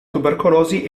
tubercolosi